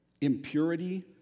impurity